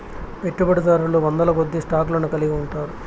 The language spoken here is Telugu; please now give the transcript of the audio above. పెట్టుబడిదారులు వందలకొద్దీ స్టాక్ లను కలిగి ఉంటారు